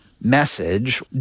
message